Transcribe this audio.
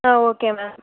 ah okay ma'am